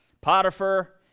Potiphar